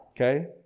Okay